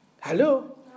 Hello